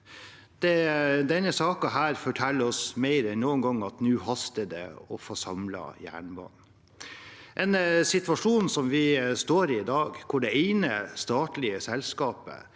Denne saken forteller oss mer enn noen gang at nå haster det med å få samlet jernbanen. Den situasjonen vi står i i dag, hvor det ene statlige selskapet